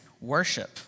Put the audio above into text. worship